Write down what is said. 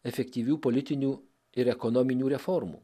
efektyvių politinių ir ekonominių reformų